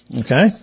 Okay